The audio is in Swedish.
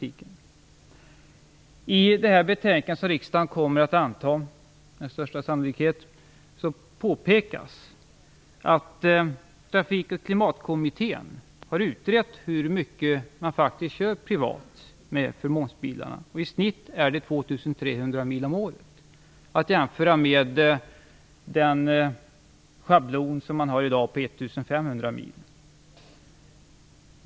I det betänkande som riksdagen med största sannolikhet kommer att anta påpekas att Trafik och klimatkommittén har utrett hur mycket man kör privat med förmånsbilarna. Det är i genomsnitt 2 300 mil om året, att jämföra med den schablon som i dag finns på 1 500 mil.